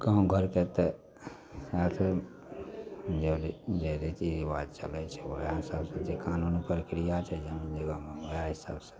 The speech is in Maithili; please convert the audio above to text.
गामघरके तऽ इएहसब जे रीति जे रीति रेवाज चलै छै ओकरामे एतना ने प्रक्रिया से जानि लिऔ हमरा एहिठाम छै